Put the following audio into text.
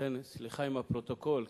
לכן סליחה עם הפרוטוקול,